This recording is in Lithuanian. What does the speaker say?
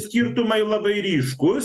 skirtumai labai ryškus